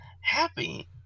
happy